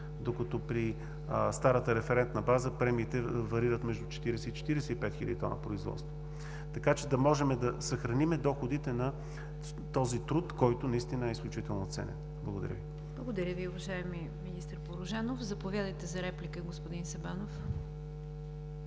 докато при старата референтна база премиите варират между 40 и 45 хиляди тона производство, така че да можем да съхраним доходите на този труд, който наистина е изключително ценен. Благодаря Ви. ПРЕДСЕДАТЕЛ НИГЯР ДЖАФЕР: Благодаря Ви, уважаеми министър Порожанов! Заповядайте за реплика, господин Сабанов.